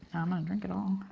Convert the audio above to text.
i'm gonna drink it all.